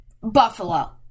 Buffalo